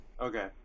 Okay